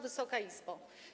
Wysoka Izbo!